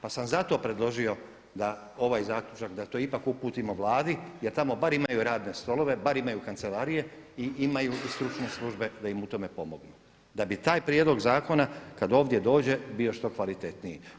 Pa sam zato predložio da, ovaj zaključak, da to ipak uputimo Vladi jer tamo bar imaju radne stolove, bar imaju kancelarije i imaju i stručne službe da im u tome pomognu da bi taj prijedlog zakona kada ovdje dođe bio što kvalitetniji.